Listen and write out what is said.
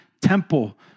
temple